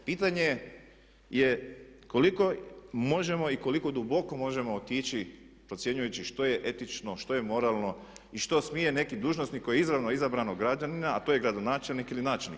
Pitanje je koliko možemo i koliko duboko možemo otići procjenjujući što je etično, što je moralno i što smije neki dužnosnik koji je izravno izabran od građana, a to je gradonačelnik ili načelnik.